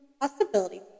possibility